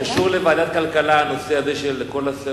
זה קשור לוועדת הכלכלה, כל הנושא הזה של הסלולר